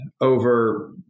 over